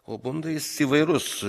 o bunda jis įvairus